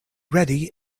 ready